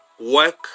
work